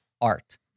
art